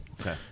Okay